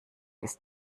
ist